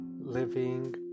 living